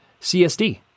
CSD